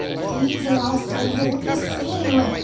these are all starting to look the same,